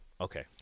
okay